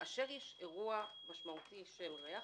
כאשר יש אירוע משמעותי של ריח,